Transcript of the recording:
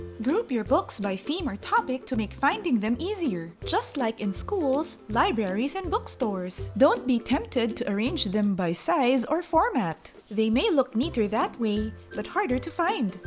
group your books by theme or topic to make finding them easier just like in schools, libraries and book stores. don't be tempted to arrange them by size or format. they may look neater that way but harder to find.